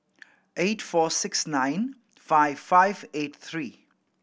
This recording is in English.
eight four six nine five five eight three